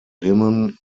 linen